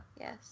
Yes